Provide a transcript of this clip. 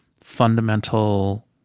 fundamental